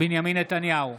בנימין נתניהו,